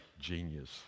genius